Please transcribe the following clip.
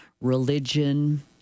religion